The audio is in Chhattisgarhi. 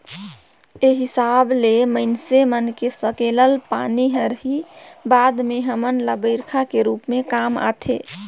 ए हिसाब ले माइनसे मन के सकेलल पानी हर ही बाद में हमन ल बईरखा के रूप में काम आथे